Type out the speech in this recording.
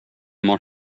mar